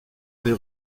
avait